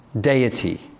deity